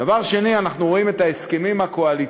דבר שני, אנחנו רואים את ההסכמים הקואליציוניים